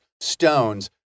Stones